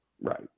Right